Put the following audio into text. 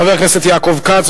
חבר הכנסת יעקב כץ,